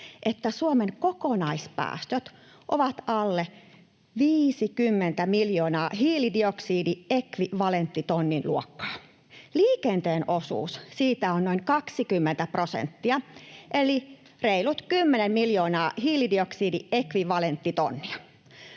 että Suomen kokonaispäästöt ovat alle 50 miljoonan hiilidioksidiekvivalenttitonnin luokkaa. Liikenteen osuus siitä on noin 20 prosenttia eli reilut 10 miljoonaa hiilidioksidiekvivalenttitonnia.